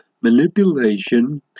manipulation